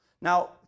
Now